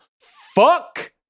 fuck